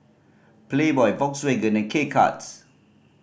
Playboy Volkswagen and K Cuts